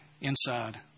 inside